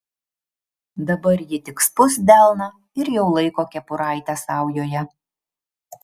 dabar ji tik spust delną ir jau laiko kepuraitę saujoje